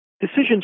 Decisions